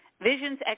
visions